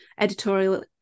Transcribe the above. editorial